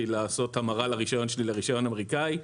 לעשות המרה לרישיון שלי לרישיון אמריקאי,